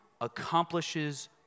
accomplishes